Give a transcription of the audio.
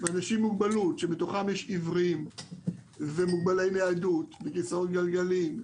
אנשים עם מוגבלות שבתוכם יש עיוורים ומוגבלי ניידות בכיסאות גלגלים,